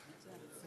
מצוין.